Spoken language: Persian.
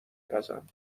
پزم